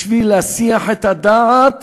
בשביל להסיח את הדעת